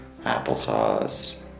applesauce